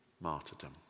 martyrdom